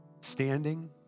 standing